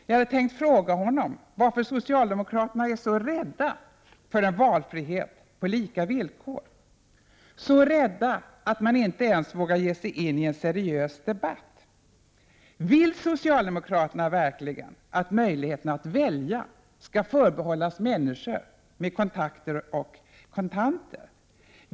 Jag hade tänkt fråga honom varför socialdemokraterna är så rädda för en valfrihet på lika villkor, så rädda att de inte ens vågar ge sig in i en seriös debatt. Vill socialdemokraterna verkligen att möjligheten att välja skall förbehållas människor med kontakter och kontanter?